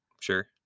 Sure